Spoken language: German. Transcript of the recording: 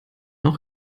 auch